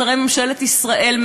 שרי ממשלת ישראל,